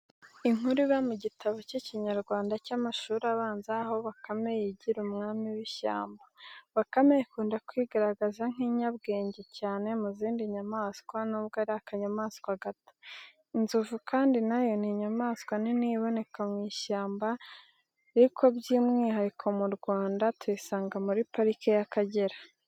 Inkuru iba mu gitabo k'ikinyarwanda cy'amashuri abanza aho bakame yigira umwami w'ishyamba. Bakame ikunda kwigaragaza nk'inyabwenge cyane mu zindi nyamaswa nubwo ari akanyamaswa gato. Inzovu kandi niyo nyamaswa nini iboneka mu ishyamba riko by'umwihariko mu Rwanda tuyisanga muri parike y'Akagera.